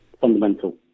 Fundamental